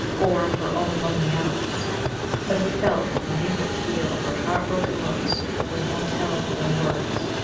or of her own lonely hours but he felt that the mute appeal of her heart-broken looks was more terrible than words.